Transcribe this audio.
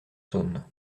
saône